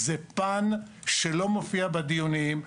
זה פן שלא מופיע בדיונים.